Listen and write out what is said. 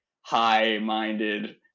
high-minded